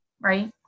right